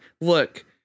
look